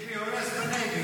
שיקלי הולך --- לא,